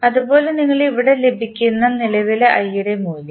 അതുപോലെ നിങ്ങൾ ഇവിടെ ലഭിക്കുന്ന നിലവിലെ i യുടെ മൂല്യം